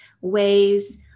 ways